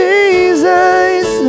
Jesus